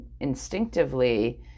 instinctively